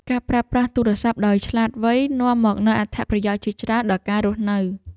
ការប្រើប្រាស់ទូរស័ព្ទដោយឆ្លាតវៃ នាំមកនូវអត្ថប្រយោជន៍ជាច្រើនដល់ការរស់នៅ។